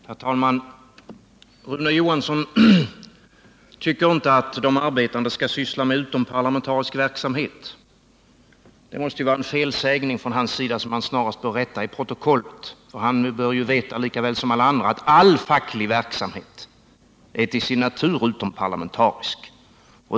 Herr talman! Rune Johansson tycker inte att de arbetande skall syssla med utomparlamentarisk verksamhet. Det måste vara en felsägning från hans sida som han snarast bör rätta i protokollet. Rune Johansson bör ju lika väl som alla andra veta att all facklig verksamhet till sin natur är utomparlamentarisk.